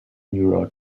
neural